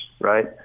right